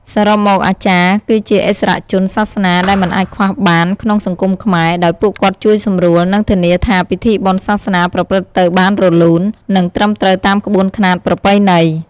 សរុបមក អាចារ្យគឺជាឥស្សរជនសាសនាដែលមិនអាចខ្វះបានក្នុងសង្គមខ្មែរ ដោយពួកគាត់ជួយសម្រួល និងធានាថាពិធីបុណ្យសាសនាប្រព្រឹត្តទៅបានរលូន និងត្រឹមត្រូវតាមក្បួនខ្នាតប្រពៃណី។